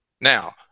Now